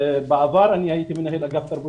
בעבר הייתי מנהל אגף תרבות,